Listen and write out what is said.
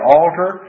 altar